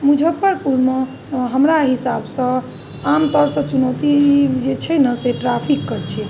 मुजफ्फरपुरमे हमरा हिसाबसँ आमतौरसँ चुनौती जे छै ने से ट्रैफिकके छै